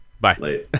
Bye